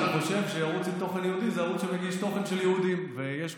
אתה יודע טוב מה זה תוכן יהודי ומה זה